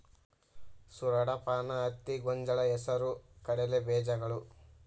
ಸೂರಡಪಾನ, ಹತ್ತಿ, ಗೊಂಜಾಳ, ಹೆಸರು ಕಡಲೆ ಬೇಜಗಳು